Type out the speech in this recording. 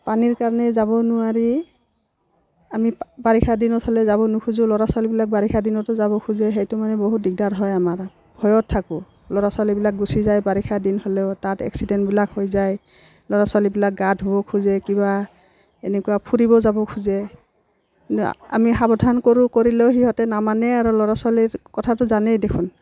পানীৰ কাৰণেই যাব নোৱাৰি আমি বাৰিষা দিনত হ'লে যাব নুখোজোঁ ল'ৰা ছোৱালীবিলাক বাৰিষা দিনতো যাব খোজে সেইটো মানে বহুত দিগদাৰ হয় আমাৰ ভয়ত থাকোঁ ল'ৰা ছোৱালীবিলাক গুচি যায় বাৰিষাৰ দিন হ'লেও তাত এক্সিডেণ্টবিলাক হৈ যায় ল'ৰা ছোৱালীবিলাক গা ধুব খোজে কিবা এনেকুৱা ফুৰিব যাব খোজে আমি সাৱধান কৰোঁ কৰিলেও সিহঁতে নামানেই আৰু ল'ৰা ছোৱালীৰ কথাটো জানেই দেখোন